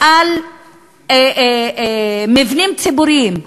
על מבנים ציבוריים,